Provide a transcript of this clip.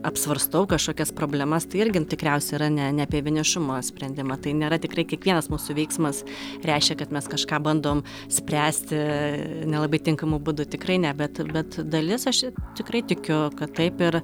apsvarstau kažkokias problemas tai irgi n tikriausiai yra ne ne apie vienišumo sprendimą tai nėra tikrai kiekvienas mūsų veiksmas reiškia kad mes kažką bandom spręsti nelabai tinkamu būdu tikrai ne bet bet dalis aš tikrai tikiu kad taip ir